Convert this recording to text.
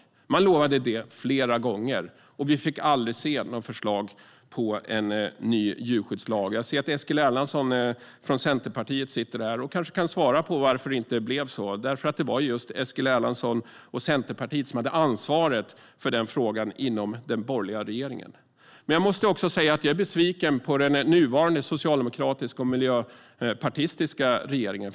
Man lovade det flera gånger, men vi fick aldrig se något förslag på en ny djurskyddslag. Jag ser att Eskil Erlandsson från Centerpartiet sitter i kammaren. Han kanske kan svara på varför det inte blev så, för det var just Eskil Erlandsson och Centerpartiet som hade ansvaret för den frågan inom den borgerliga regeringen. Jag måste dock säga att jag är besviken även på den nuvarande socialdemokratiska och miljöpartistiska regeringen.